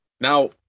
Now